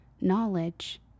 knowledge